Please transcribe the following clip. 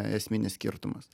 esminis skirtumas